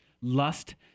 Lust